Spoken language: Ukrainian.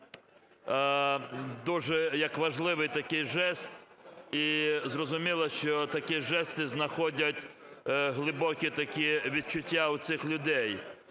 дуже як важливий такий жест. І зрозуміло, що такі жести знаходять глибокі такі відчуття у цих людей.